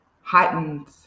heightened